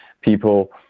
people